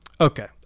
okay